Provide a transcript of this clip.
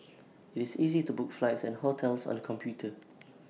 IT is easy to book flights and hotels on the computer